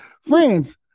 friends